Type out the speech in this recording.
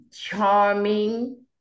charming